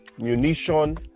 munition